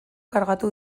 kargatu